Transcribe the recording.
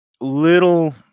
Little